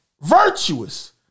virtuous